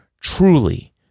truly